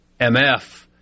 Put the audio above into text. MF